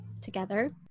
together